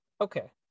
Okay